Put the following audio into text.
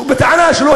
פה, בירושלים,